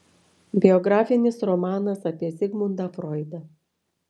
biografinis romanas apie zigmundą froidą